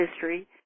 history